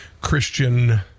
Christian